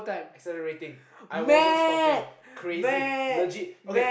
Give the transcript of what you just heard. accelerating I wasn't stopping crazy legit okay